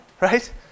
right